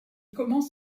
commence